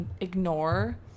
ignore